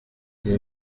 iyi